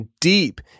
deep